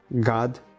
God